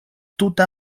tuta